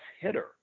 hitter